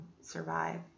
survive